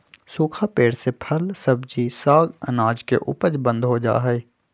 सूखा पेड़ से फल, सब्जी, साग, अनाज के उपज बंद हो जा हई